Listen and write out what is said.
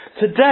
Today